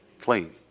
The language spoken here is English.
Clean